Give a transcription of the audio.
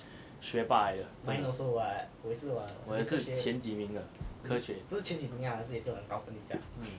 学霸来的真的我的是前几名的科学